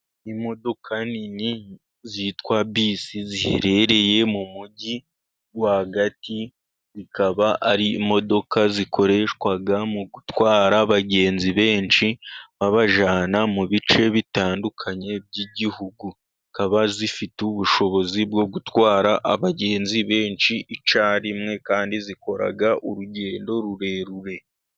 Imodoka nini zitwa bisi, ziherereye mu mujyi rwagati, zikaba ari imodoka zikoreshwa mu gutwara abagenzi benshi, babajyana mu bice bitandukanye by'igihugu. Zikaba zifite ubushobozi bwo gutwara abagenzi benshi icyarimwe, kandi zikora urugendo rurerure.